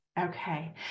Okay